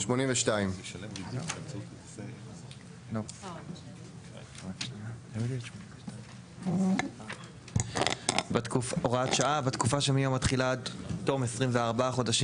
82. הוראת שעה 82. בתקופה שמיום התחילה עד תום 24 חודשים